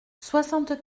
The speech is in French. soixante